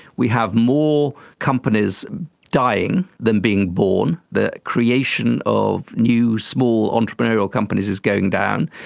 we have more companies dying than being born. the creation of new small entrepreneurial companies is going down.